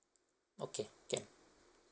okay can